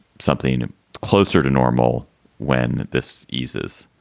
something closer to normal when this eases.